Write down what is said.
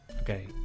Okay